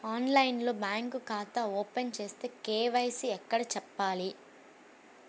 ఆన్లైన్లో బ్యాంకు ఖాతా ఓపెన్ చేస్తే, కే.వై.సి ఎక్కడ చెప్పాలి?